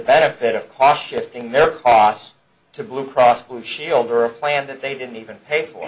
benefit of cautious in their costs to blue cross blue shield or a plan that they didn't even pay for